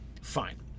fine